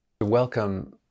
Welcome